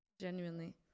Genuinely